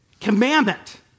commandment